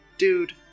Dude